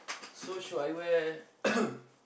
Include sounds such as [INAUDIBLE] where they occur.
so should I wear [COUGHS]